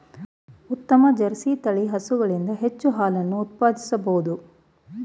ಉತ್ತಮ ಜರ್ಸಿ ತಳಿಯ ಹಸುಗಳಿಂದ ಹೆಚ್ಚು ಹಾಲನ್ನು ಉತ್ಪಾದಿಸಬೋದು